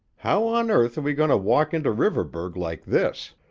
how on earth are we going to walk into riverburgh like this?